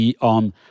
on